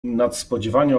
nadspodziewanie